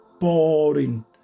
boring